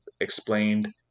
explained